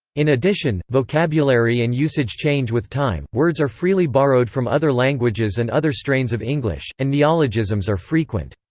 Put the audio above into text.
in addition, vocabulary and usage change with time words are freely borrowed from other languages and other strains of english, and neologisms are frequent.